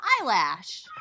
Eyelash